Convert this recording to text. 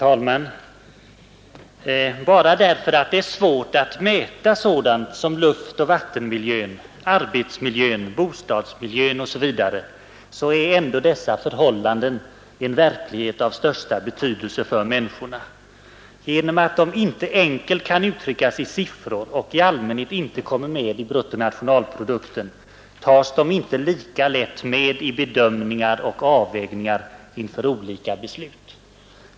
Herr talman! Även om det är svårt att mäta sådant som luftoch vattenmiljön, arbetsmiljön, bostadsmiljön osv., är dessa förhållanden en verklighet av största betydelse för människorna. Genom att de inte enkelt kan uttryckas i siffror och i allmänhet inte kommer med i bruttonationalprodukten tas de inte lika lätt med i bedömningar och avvägningar inför olika beslut.